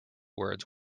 words